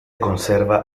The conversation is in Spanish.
conserva